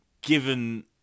given